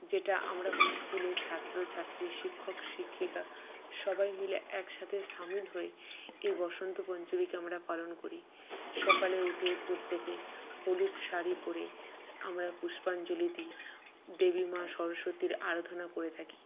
যেটা আমরা স্কুলের ছাত্র ছাত্রী শিক্ষক শিক্ষিকা সবাই মিলে একসাথে সামিল হয়ে এই বসন্ত পঞ্চমীকে আমরা পালন করি সকালে উঠে প্রত্যেকে হলুদ শাড়ি পরে আমরা পুষ্পাঞ্জলি দিই দেবী মা সরস্বতীর আরাধনা করে থাকি